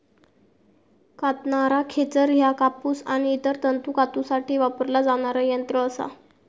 कातणारा खेचर ह्या कापूस आणि इतर तंतू कातूसाठी वापरला जाणारा यंत्र असा